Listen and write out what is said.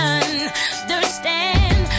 understand